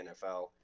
NFL